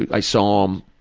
i saw um